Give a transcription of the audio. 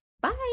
bye